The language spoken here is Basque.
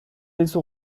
dizu